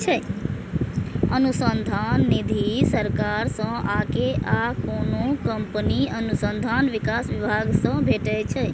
अनुसंधान निधि सरकार सं आ कोनो कंपनीक अनुसंधान विकास विभाग सं भेटै छै